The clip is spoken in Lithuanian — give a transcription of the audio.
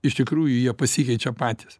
iš tikrųjų jie pasikeičia patys